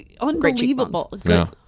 unbelievable